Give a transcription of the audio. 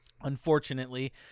unfortunately